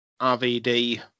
RVD